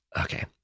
okay